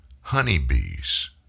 honeybees